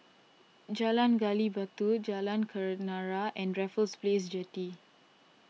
Jalan Gali Batu Jalan Keranarah and Raffles Place Jetty